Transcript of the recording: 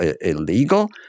illegal